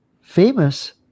famous